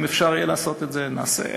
אם אפשר יהיה לעשות את זה, נעשה.